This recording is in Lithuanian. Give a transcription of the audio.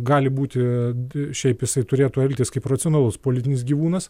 gali būti šiaip jisai turėtų elgtis kaip racionalus politinis gyvūnas